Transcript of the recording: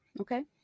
okay